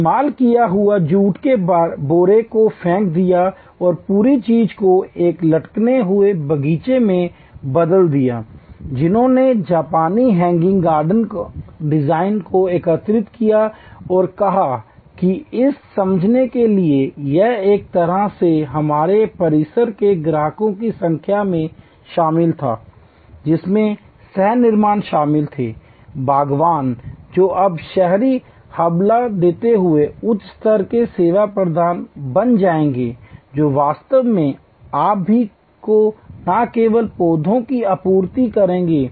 इस्तेमाल किया हुआ जूट के बोरे को फेंक दिया और पूरी चीज़ को एक लटकते हुए बगीचे में बदल दिया उन्होंने जापानी हैंगिंग गार्डन डिज़ाइन को एकीकृत किया और कहा कि इसे समझने के लिए यह एक तरह से हमारे परिसरों के ग्राहकों की संख्या में शामिल था जिसमें सह निर्माता शामिल थे बागवान जो अब शहरी हवाला देते हुए उच्च स्तर के सेवा प्रदाता बन जाएंगे जो वास्तव में आप सभी को न केवल पौधों की आपूर्ति करेंगे